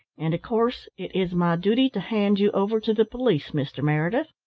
and, of course, it is my duty to hand you over to the police, mr. meredith.